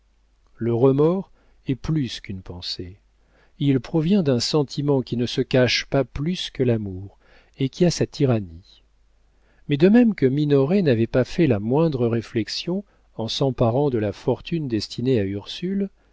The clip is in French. le remords est plus qu'une pensée il provient d'un sentiment qui ne se cache pas plus que l'amour et qui a sa tyrannie mais de même que minoret n'avait pas fait la moindre réflexion en s'emparant de la fortune destinée à ursule